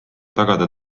tagada